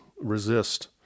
resist